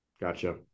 Gotcha